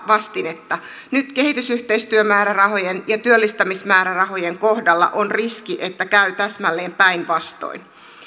vastinetta nyt kehitysyhteistyömäärärahojen ja työllistämismäärärahojen kohdalla on riski että käy täsmälleen päinvastoin